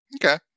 Okay